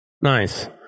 nice